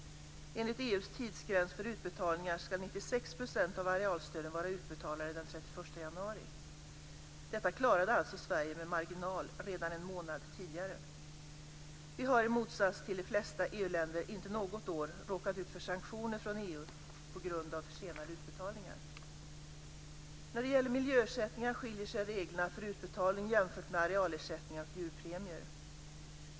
Enligt EU:s tidsgräns för utbetalningar ska 96 % av arealstöden vara utbetalade den 31 januari. Detta klarade alltså Sverige med marginal redan en månad tidigare. Vi har i motsats till de flesta EU-länder inte något år råkat ut för sanktioner från EU på grund av försenade utbetalningar. När det gäller miljöersättningar skiljer sig reglerna för utbetalning jämfört med arealersättningar och djurpremier.